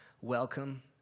welcome